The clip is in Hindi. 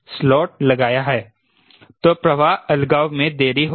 तो प्रवाह अलगाव में देरी होगी